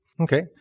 Okay